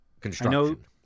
construction